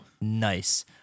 Nice